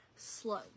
slow